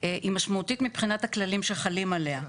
היא משמעותית מבחינת הכללים שחלים עליה.